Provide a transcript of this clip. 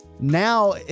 Now